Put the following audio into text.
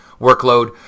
workload